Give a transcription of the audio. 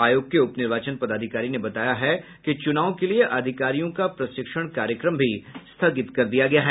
आयोग के उप निर्वाचन पदाधिकारी ने बताया है कि चुनाव के लिए अधिकारियों का प्रशिक्षण कार्यक्रम भी स्थगित कर दिया गया है